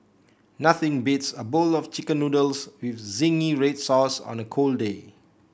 nothing beats a bowl of chicken noodles with zingy red sauce on a cold day